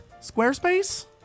Squarespace